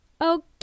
Okay